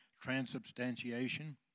transubstantiation